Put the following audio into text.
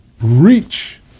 reach